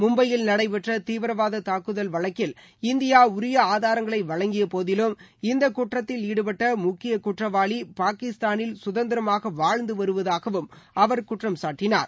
மும்பையில் நடைபெற்ற தீவிரவாத தாக்குதல் வழக்கு இந்தியா உரிய ஆதாரங்களை வழங்கிய போதிலும் இந்த குற்றத்தில் ஈடுபட்ட முக்கிய குற்றவாளி பாகிஸ்தானில் சுதந்திரமாக வாழ்ந்துவருவதாகவும் அவர் குற்றம் சாட்டினார்